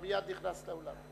מייד נכנס לאולם.